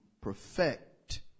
perfect